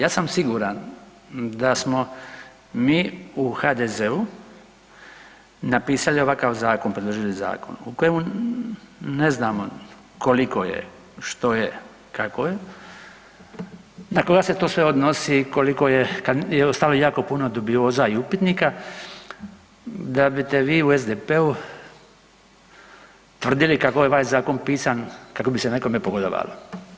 Ja sam siguran da smo mi u HDZ-u napisali ovakav zakon, predložili zakon u kojemu ne znamo koliko je, što je, kako je, na koga se to sve odnosi, koliko je, je ostalo jako puno dubioza i upitnika da bite vi u SDP-u tvrdili kako je ovaj zakon pisan kako bi se nekome pogodovalo.